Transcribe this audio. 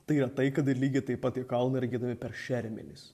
tai yra tai kad ir lygiai taip pat tie kalnai yra giedami per šermenis